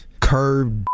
curved